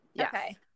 okay